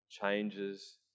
changes